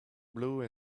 blue